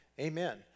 amen